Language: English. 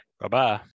Bye-bye